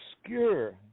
obscure